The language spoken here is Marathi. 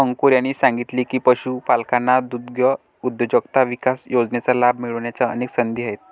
अंकुर यांनी सांगितले की, पशुपालकांना दुग्धउद्योजकता विकास योजनेचा लाभ मिळण्याच्या अनेक संधी आहेत